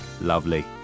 Lovely